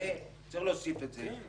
אפשר להוסיף את זה.